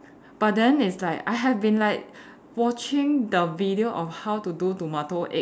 but then it's like I have been like watching the video of how to do tomato egg